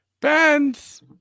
bands